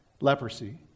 Leprosy